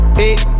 hey